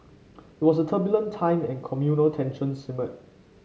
it was a turbulent time and communal tensions simmered